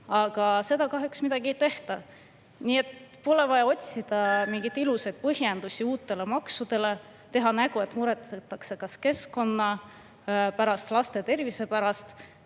Aga seda kahjuks ei tehta. Nii et pole vaja otsida mingeid ilusaid põhjendusi uutele maksudele, teha nägu, et muretsetakse keskkonna pärast, laste tervise pärast.